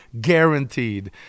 guaranteed